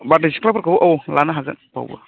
बारदै सिख्लाफोरखौ औ लानो हागोन बावबो